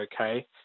okay